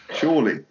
surely